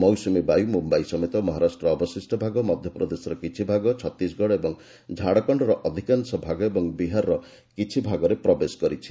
ମୌସୁମୀ ବାୟୁ ମୁମ୍ୟାଇ ସମେତ ମହାରାଷ୍ଟ୍ରର ଅବଶିଷ୍ଟ ଭାଗ ମଧ୍ୟପ୍ରଦେଶର କିଛି ଭାଗ ଛତିଶଗଡ଼ ଓ ଝାଡ଼ଖଣ୍ଡର ଅଧିକାଂଶ ଭାଗ ଓ ବିହାରର କିଛି ଭାଗରେ ପ୍ରବେଶ କରିଛି